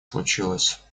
случилось